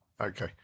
Okay